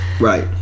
Right